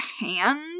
hand